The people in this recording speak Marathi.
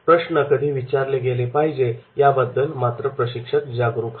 प्रश्न कधी विचारले गेले पाहिजे याबद्दल मात्र प्रशिक्षक जागरूक हवा